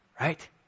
right